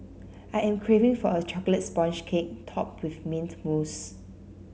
I am craving for a chocolate sponge cake topped with mint mousse